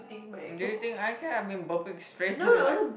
do you think I care I've been burping straight to the mic